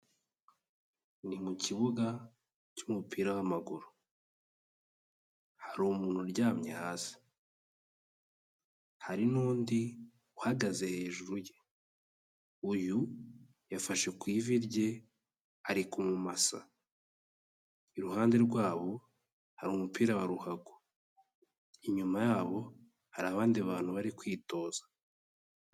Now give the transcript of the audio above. Ni mu kibuga cy'umupira w'amaguru, hari umuntu uryamye hasi, hari n'undi uhagaze hejuru ye, uyu yafashe ku ivi rye ari kumumasa, iruhande rwabo hari umupira wa ruhago, inyuma yabo hari abandi bantu bari kwitoza.